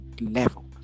level